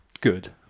good